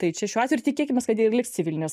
tai čia šiuo atveju ir tikėkimės kad ir liks civilinės